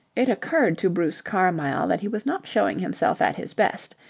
it occurred to bruce carmyle that he was not showing himself at his best.